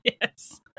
Yes